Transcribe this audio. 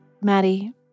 Maddie